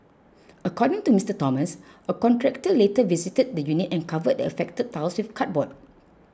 according to Mister Thomas a contractor later visited the unit and covered the affected tiles with cardboard